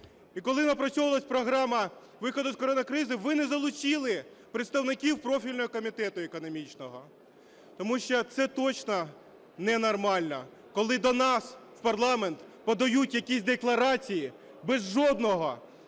І коли напрацьовувались програма виходу із коронакризи, ви не залучили представників профільного комітету економічного, тому що це точно не нормально, коли до нас в парламент подають якісь декларації без жодного